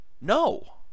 No